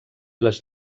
les